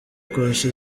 kurusha